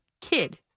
kid